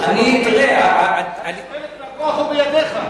הרי חלק מהכוח הוא בידיך.